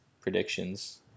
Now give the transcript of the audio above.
predictions